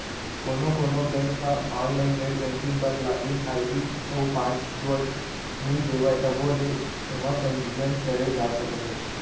कोनो कोनो बेंक ह आनलाइन नेट बेंकिंग बर लागिन आईडी अउ पासवर्ड नइ देवय तभो ले एमा पंजीयन करे जा सकत हे